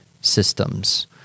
systems